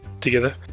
together